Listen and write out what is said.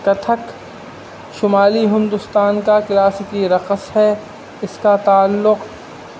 کتھک شمالی ہندوستان کا کلاسکی رقص ہے اس کا تعلق